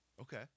Okay